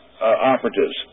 operatives